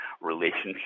relationship